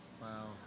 Wow